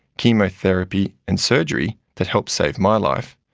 chemotherapy and surgery that helped save my life,